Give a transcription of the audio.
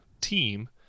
team